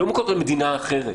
הן לא מוכרות במדינה אחרת.